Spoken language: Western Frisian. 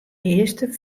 earste